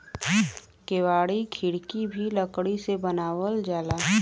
केवाड़ी खिड़की भी लकड़ी से बनावल जाला